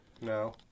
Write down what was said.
No